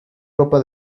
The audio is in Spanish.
ropa